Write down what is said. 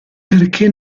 perché